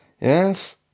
Yes